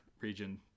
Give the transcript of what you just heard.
region